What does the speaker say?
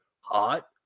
hot